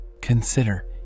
Consider